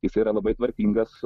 jisai yra labai tvarkingas